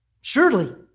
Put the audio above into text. Surely